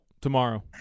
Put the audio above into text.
tomorrow